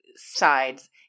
sides